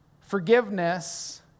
Forgiveness